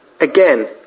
Again